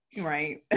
Right